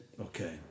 Okay